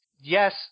yes